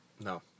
No